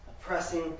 oppressing